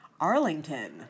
Arlington